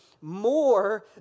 more